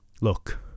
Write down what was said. Look